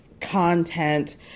content